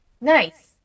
Nice